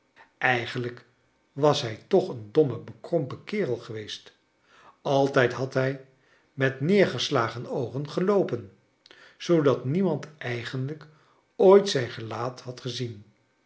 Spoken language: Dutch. eigenlijk was hij toch een domme bekrompen kerel geweest altijd had hij met neergeslageri oogen geloopen zoodat niemand eigenlijk ooit zijn gelaat had gezien